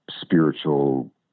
spiritual